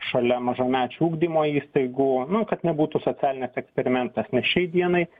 šalia mažamečių ugdymo įstaigų nu kad nebūtų socialinis eksperimentas nes šiai dienai